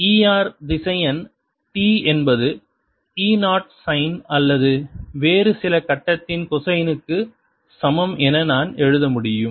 E r திசையன் t என்பது E 0 sine அல்லது வேறு சில கட்டத்தின் கொசைனுக்கு சமம் என நான் எழுத முடியும்